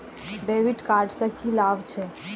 डेविट कार्ड से की लाभ छै?